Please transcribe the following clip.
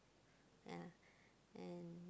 yeah and